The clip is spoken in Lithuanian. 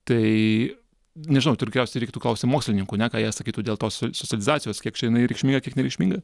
tai nežinau tai kriausiai reiktų klausti mokslininkų ne ką jie sakytų dėl tos so socializacijos kiek čia jinai reikšminga kiek nereikšminga